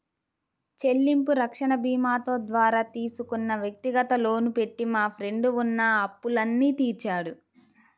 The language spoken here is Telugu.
చెల్లింపు రక్షణ భీమాతో ద్వారా తీసుకున్న వ్యక్తిగత లోను పెట్టి మా ఫ్రెండు ఉన్న అప్పులన్నీ తీర్చాడు